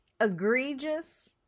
egregious